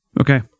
Okay